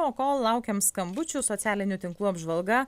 o kol laukiam skambučių socialinių tinklų apžvalga